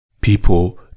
people